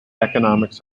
economics